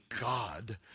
God